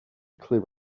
clear